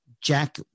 Jack